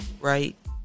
right